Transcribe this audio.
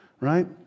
right